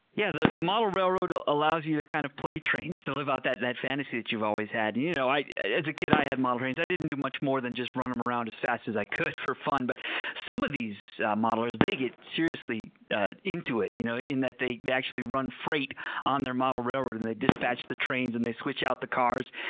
yeah the the model railroad ah allows you to kind of play trains, to live out that that fantasy that you've always had. you know as a kid i had model trains. i didn't do much more than just run them around as fast as i could for fun. but some of these modelers, they get seriously into it you know in that they they actually run freight on their model railroad and they dispatch the trains and they switch out the cars.